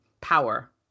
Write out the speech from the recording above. power